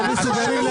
--- מה אתם מבינים?